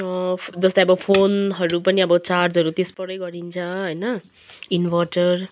जस्तै अब फोनहरू पनि अब चार्जहरू त्यसबाटै गरिन्छ होइन इन्भटर